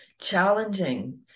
challenging